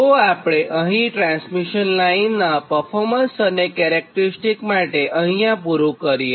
તો આપણે અહીં ટ્રાન્સમિશન લાઇનનાં પરફોર્મન્સ અને કેરેક્ટીરીસ્ટીક્સ માટે અહીં પુરું કરીએ